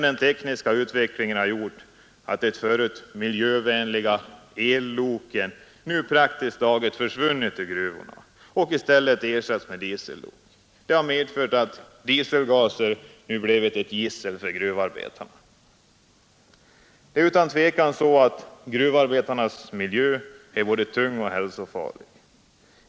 Den tekniska utvecklingen har gjort att de förut använda miljövänliga elloken nu praktiskt taget har försvunnit ur gruvorna och ersatts av diesellok. Det har medfört att dieselgasen nu har blivit ett gissel för gruvarbetarna. Det är utan tvekan så att gruvarbetarnas miljö är både tung och hälsofarlig.